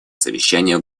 совещания